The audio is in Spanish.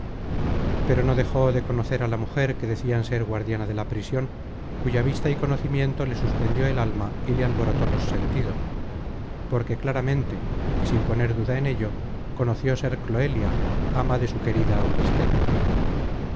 pero no dejó de conocer a la mujer que decian ser guardiana de la prision cuya vista y conocimiento le suspendió el alma y le alborotó los sentidos porque claramente y sin poner duda en ello conoció ser cloelia ama de su querida auristela